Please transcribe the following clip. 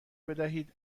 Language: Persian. بدهید